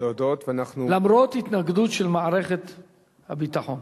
למרות התנגדות של מערכת הביטחון.